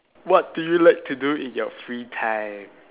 what do you like to do in your free time